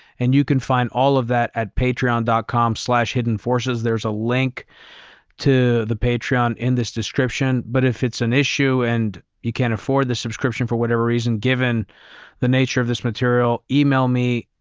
and you can find all of that at patreon dot com slash hidden forces. there's a link to the patreon in this description. but if it's an issue and you can't afford the subscription for whatever reason, given the nature of this material, email me.